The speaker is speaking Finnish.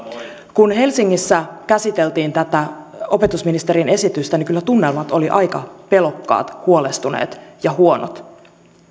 kun helsingissä käsiteltiin tätä opetusministerin esitystä kyllä tunnelmat olivat aika pelokkaat huolestuneet ja huonot